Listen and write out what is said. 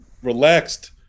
relaxed